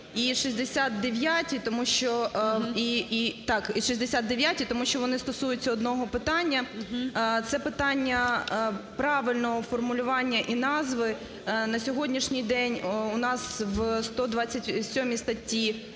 і 69-й, тому що вони стосуються одного питання. Це питання правильного формулювання і назви. На сьогоднішній день у нас в 127 статті